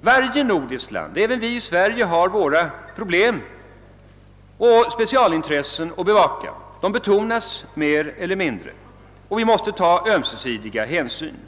för varje nordiskt land — även vi i Sverige har våra problem och speciella intressen att bevaka, och des sa betonas mer eller mindre. Men vi måste ta ömsesidig hänsyn.